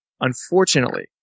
Unfortunately